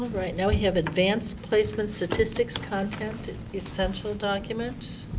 right, now we have advanced placement statistics content essential document.